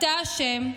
אתה אשם.